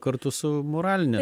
kartu su moraline